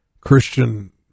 Christian